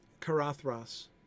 Karathras